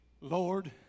Lord